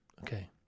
Okay